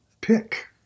pick